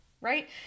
Right